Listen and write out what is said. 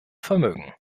vermögen